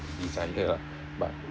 desire lah but